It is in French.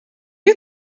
eut